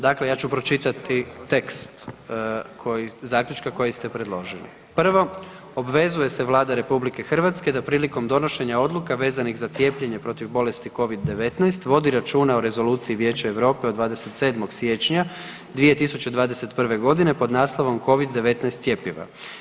Dakle, ja ću pročitati tekst zaključka koji ste predložili. „1. Obvezuje se Vlada RH da prilikom donošenja odluka vezanih za cijepljenje protiv bolesti covid-19 vodi računa o Rezoluciji Vijeća Europe od 27. siječnja 2021.g. pod naslovom "Covid-19 cjepiva“